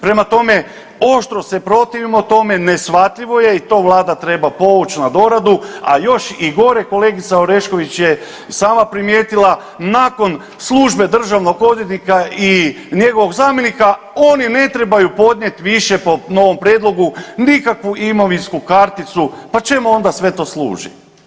Prema tome, oštro se protivimo tome, neshvatljivo je i to Vlada treba povući na doradu, a još i gore, kolegica Orešković je sama primijetila, nakon službe državnog odvjetnika i njegovog zamjenika oni ne trebaju podnijeti više po novom prijedlogu nikakvu imovinsku karticu, pa čemu onda sve to služi?